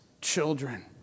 children